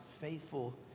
faithful